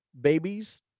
babies